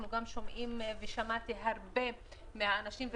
שמעתי הרבה מהאנשים,